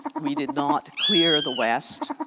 we did not clear the west